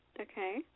Okay